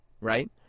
right